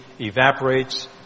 evaporates